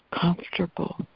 comfortable